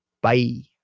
bye!